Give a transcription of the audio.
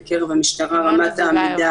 בקרב המשטרה רמת העמידה,